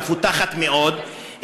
המפותחת מאוד,